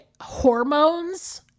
hormones